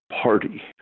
party